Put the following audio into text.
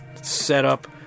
setup